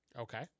Okay